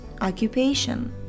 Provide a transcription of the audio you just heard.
occupation